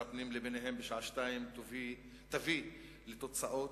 הפנים לבינם בשעה 14:00 תביא לתוצאות.